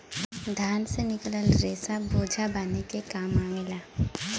धान से निकलल रेसा बोझा बांधे के काम आवला